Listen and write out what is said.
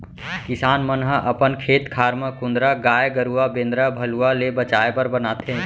किसान मन ह अपन खेत खार म कुंदरा गाय गरूवा बेंदरा भलुवा ले बचाय बर बनाथे